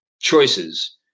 choices